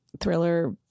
thriller